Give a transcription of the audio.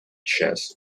chess